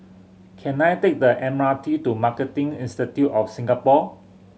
can I take the M R T to Marketing Institute of Singapore